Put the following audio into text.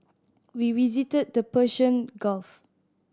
we visited the Persian Gulf